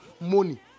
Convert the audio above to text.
money